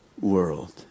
world